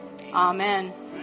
Amen